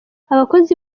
abakozi